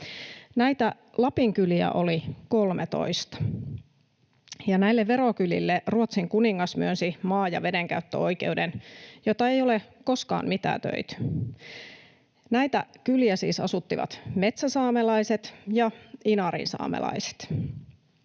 Näitä lapinkyliä oli 13, ja näille verokylille Ruotsin kuningas myönsi maan ja veden käyttöoikeuden, jota ei ole koskaan mitätöity. Näitä kyliä siis asuttivat metsäsaamelaiset ja inarinsaamelaiset.